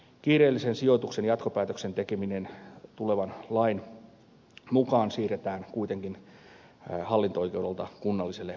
kiireellisen sijoituksen jatkopäätöksen tekeminen tulevan lain mukaan siirretään kuitenkin hallinto oikeudelta kunnalliselle viranhaltijalle